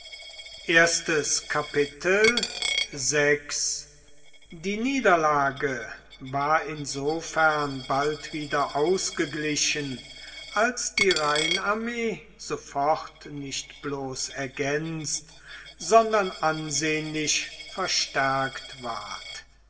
die niederlage war insofern bald wieder ausgeglichen als die rheinarmee sofort nicht bloß ergänzt sondern ansehnlich verstärkt ward